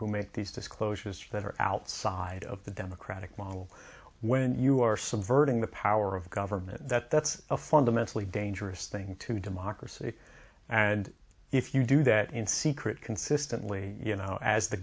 who make these disclosures that are outside of the democratic model when you are subverting the power of government that's a fundamentally dangerous thing to democracy and if you do that in secret consistently you know as the